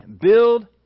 Build